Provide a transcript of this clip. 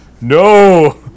No